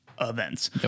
events